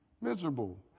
miserable